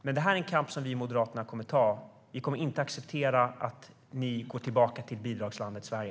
Det här är en kamp som vi i Moderaterna kommer att ta. Vi kommer inte att acceptera att gå tillbaka till bidragslandet Sverige.